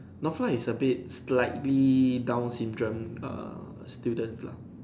Northlight is a bit slightly Down's syndrome err students lah